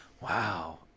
Wow